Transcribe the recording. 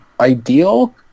ideal